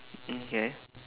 okay